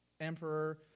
Emperor